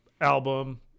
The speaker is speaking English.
album